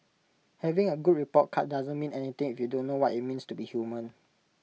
having A good report card doesn't mean anything if you don't know what IT means to be human